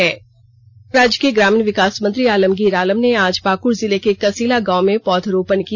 पाकृड़ राज्य के ग्रामीण विकास मंत्री आलमगीर आलम ने आज पाकृड़ जिले के कसिला गांव मे पौधरोपण किया